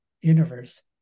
universe